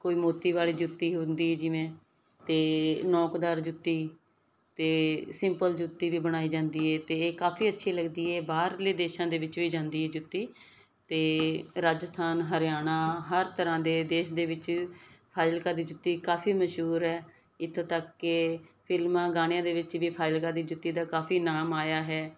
ਕੋਈ ਮੋਤੀ ਵਾਲੀ ਜੁੱਤੀ ਹੁੰਦੀ ਜਿਵੇਂ ਅਤੇ ਨੌਕਦਾਰ ਜੁੱਤੀ ਅਤੇ ਸਿੰਪਲ ਜੁੱਤੀ ਵੀ ਬਣਾਈ ਜਾਂਦੀ ਏ ਅਤੇ ਇਹ ਕਾਫ਼ੀ ਅੱਛੀ ਲੱਗਦੀ ਹੈ ਬਾਹਰਲੇ ਦੇਸ਼ਾਂ ਦੇ ਵਿੱਚ ਵੀ ਜਾਂਦੀ ਇਹ ਜੁੱਤੀ ਅਤੇ ਰਾਜਸਥਾਨ ਹਰਿਆਣਾ ਹਰ ਤਰ੍ਹਾਂ ਦੇ ਦੇਸ਼ ਦੇ ਵਿੱਚ ਫ਼ਾਜ਼ਿਲਕਾ ਦੀ ਜੁੱਤੀ ਕਾਫ਼ੀ ਮਸ਼ਹੂਰ ਹੈ ਇੱਥੋਂ ਤੱਕ ਕਿ ਫਿਲਮਾਂ ਗਾਣਿਆਂ ਦੇ ਵਿੱਚ ਵੀ ਫ਼ਾਜ਼ਿਲਕਾ ਦੀ ਜੁੱਤੀ ਦਾ ਕਾਫ਼ੀ ਨਾਮ ਆਇਆ ਹੈ